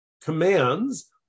commands